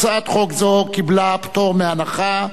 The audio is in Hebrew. הצעת חוק זו קיבלה פטור מחובת הנחה,